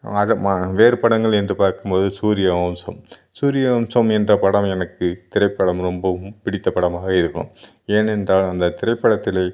அது மா வேறு படங்கள் என்று பார்க்கும்போது சூர்யவம்சம் சூர்யவம்சம் என்ற படம் எனக்கு திரைப்படம் ரொம்பவும் பிடித்த படமாக இருக்கும் ஏனென்றால் அந்த திரைப்படத்தில்